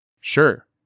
Sure